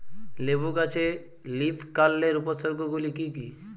লেবু গাছে লীফকার্লের উপসর্গ গুলি কি কী?